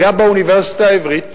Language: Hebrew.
היה באוניברסיטה העברית,